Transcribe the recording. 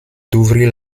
d’ouvrir